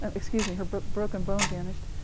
um excuse me her broken bone vanished.